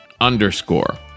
underscore